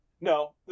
No